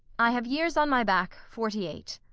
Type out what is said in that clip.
i have years on my back forty-eight.